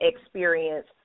experience